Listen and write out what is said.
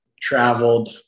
traveled